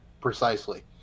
Precisely